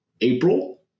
April